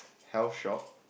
twelve shop